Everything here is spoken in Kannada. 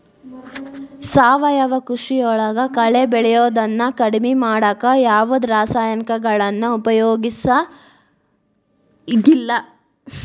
ಸಾವಯವ ಕೃಷಿಯೊಳಗ ಕಳೆ ಬೆಳಿಯೋದನ್ನ ಕಡಿಮಿ ಮಾಡಾಕ ಯಾವದ್ ರಾಸಾಯನಿಕಗಳನ್ನ ಉಪಯೋಗಸಂಗಿಲ್ಲ